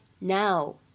now